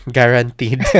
Guaranteed